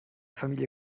familie